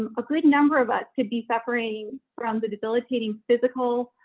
um a good number of us could be suffering from the debilitating, physical,